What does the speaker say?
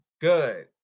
Good